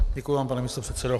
Děkuji vám, pane místopředsedo.